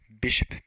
Bishop